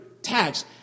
Tax